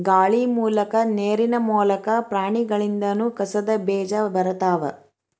ಗಾಳಿ ಮೂಲಕಾ ನೇರಿನ ಮೂಲಕಾ, ಪ್ರಾಣಿಗಳಿಂದನು ಕಸದ ಬೇಜಾ ಬರತಾವ